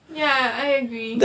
ya I agree